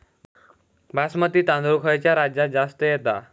बासमती तांदूळ खयच्या राज्यात जास्त येता?